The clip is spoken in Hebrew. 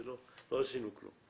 ולא עשינו כלום.